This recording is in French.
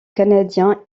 canadien